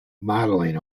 modelling